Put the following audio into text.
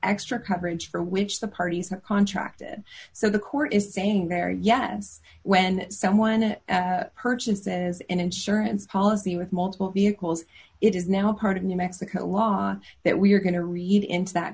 extra coverage for which the parties have contracted so the court is saying there yes when someone purchases an insurance policy with multiple vehicles it is now part of new mexico law that we're going to read into that